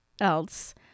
else